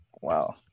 Wow